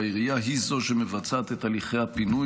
והעירייה היא זו שמבצעת את הליכי הפינוי